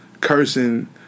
cursing